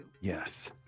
Yes